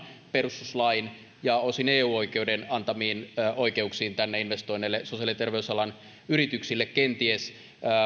perustuslain ja osin eu oikeuden antamiin oikeuksiin tänne investoineille sosiaali ja terveysalan yrityksille kenties